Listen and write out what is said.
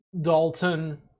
Dalton